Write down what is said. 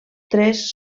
tres